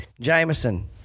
Jameson